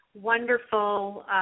wonderful